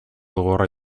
gogorra